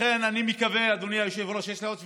לכן אני מקווה, אדוני היושב-ראש, יש לי עוד 17,